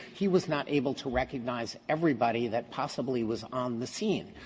he was not able to recognize everybody that possibly was on the scene.